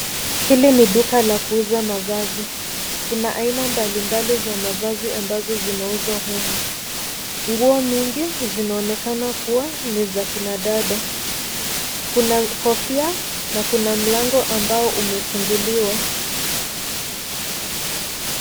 Hili ni duka la kuuza mavazi. Kuna aina mbalimbali za mavazi ambazo zinauzwa humu. Nguo mingi zinaonekana kuwa ni za kina dada. Kuna kofia na kuna mlango ambao umefunguliwa.